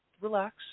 Relax